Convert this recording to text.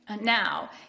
Now